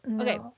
Okay